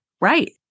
right